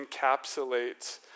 encapsulates